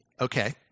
Okay